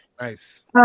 nice